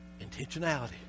Intentionality